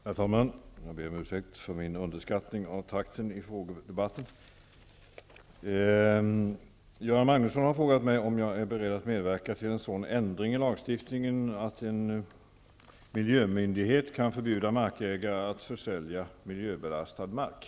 Herr talman! Jag ber om ursäkt för min underskattning av takten i frågedebatten. Göran Magnusson har frågat mig om jag är beredd att medverka till sådan ändring i lagstiftningen att en miljömyndighet kan förbjuda markägare att försälja miljöbelastad mark.